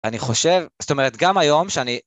אני חושב, זאת אומרת גם היום שאני...